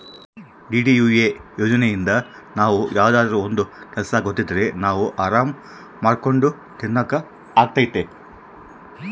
DDUA ಯೋಜನೆಇಂದ ನಾವ್ ಯಾವ್ದಾದ್ರೂ ಒಂದ್ ಕೆಲ್ಸ ಗೊತ್ತಿದ್ರೆ ನಾವ್ ಆರಾಮ್ ದುಡ್ಕೊಂಡು ತಿನಕ್ ಅಗ್ತೈತಿ